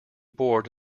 bored